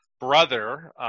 brother